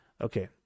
okay